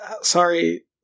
sorry